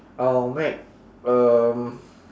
I'll make um